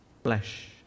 Flesh